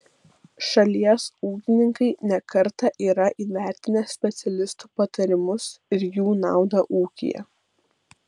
šalies ūkininkai ne kartą yra įvertinę specialistų patarimus ir jų naudą ūkyje